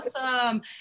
awesome